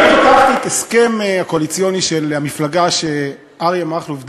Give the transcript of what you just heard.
אני פתחתי את ההסכם הקואליציוני של המפלגה שאריה מכלוף דרעי,